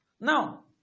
Now